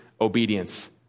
obedience